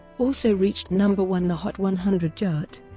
also reached number one the hot one hundred chart,